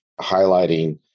highlighting